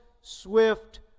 swift